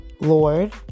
Lord